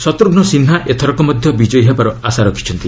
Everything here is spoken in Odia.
ଶତ୍ରଘ୍ନ ସିହ୍ନା ଏଥରକ ମଧ୍ୟ ବିଜୟୀ ହେବାର ଆଶା ରଖିଛନ୍ତି